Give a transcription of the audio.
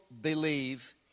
believe